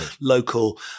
local